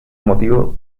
motivo